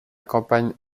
campagne